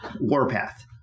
Warpath